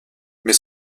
mais